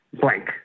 blank